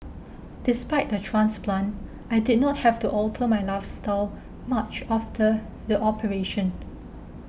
despite the transplant I did not have to alter my lifestyle much after the operation